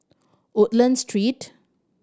Woodlands Street